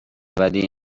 ولی